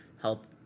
help